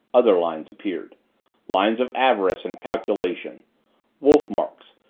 other lines appeared lines of avarice and calculation wolf-marks,